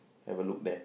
have a look there